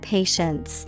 Patients